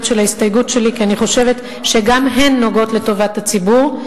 של ההסתייגויות שלי כי אני חושבת שגם הן נוגעות לטובת הציבור.